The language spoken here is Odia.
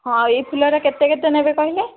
ହଁ ଏହି ଫୁଲରେ କେତେ କେତେ ନେବେ କହିଲେ